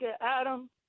Adam